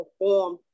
perform